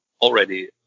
already